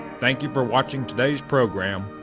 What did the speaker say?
thank you for watching today's program,